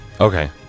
Okay